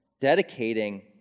dedicating